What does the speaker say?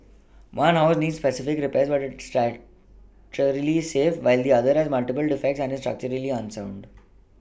one house needs specific repairs but is structurally safe while the other has multiple defects and is unsound